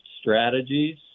strategies